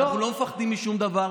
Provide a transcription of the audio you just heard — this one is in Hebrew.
אנחנו לא מפחדים משום דבר.